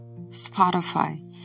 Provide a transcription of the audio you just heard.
Spotify